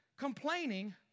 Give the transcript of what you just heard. Complaining